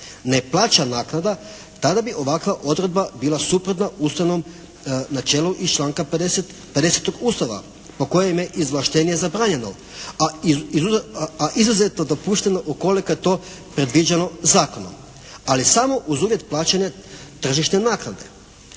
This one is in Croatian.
ne plaća naknada tada bi ovakva odredba bila suprotna ustavnom načelu iz članka 50. Ustava po kojem je izvlaštenje zabranjeno, a izuzetno dopušteno ukoliko je to predviđeno zakonom, ali samo uz uvjet plaćanja tržišne naknade.